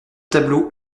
tableau